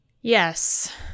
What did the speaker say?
Yes